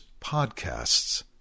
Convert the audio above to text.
podcasts